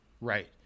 Right